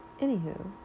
anywho